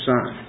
Son